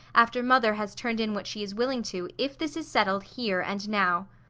after mother has turned in what she is willing to, if this is settled here and now.